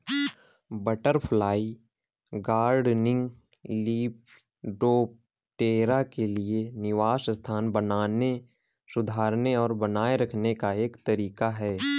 butterfly gardening, lepidoptera के लिए निवास स्थान बनाने, सुधारने और बनाए रखने का एक तरीका है